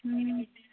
हँ